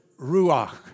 ruach